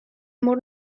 mur